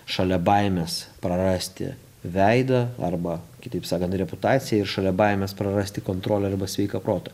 šalia baimės prarasti veidą arba kitaip sakant reputaciją ir šalia baimės prarasti kontrolę arba sveiką protą